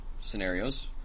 scenarios